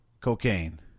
cocaine